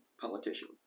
politician